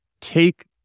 take